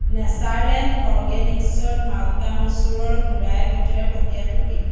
Natureland অৰগেনিক্ছত মাল্কা মচুৰৰ ঘূৰাই পঠিওৱাৰ প্ৰক্ৰিয়াটো কি